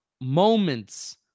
moments